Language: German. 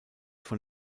von